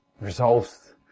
resolves